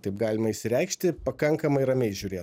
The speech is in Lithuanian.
taip galima išsireikšti pakankamai ramiai žiūrė